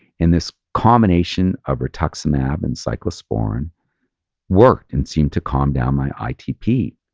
and this combination of rituximab and cyclosporine worked and seemed to calm down my itp.